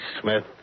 Smith